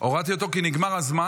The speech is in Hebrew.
הורדתי אותו כי נגמר הזמן.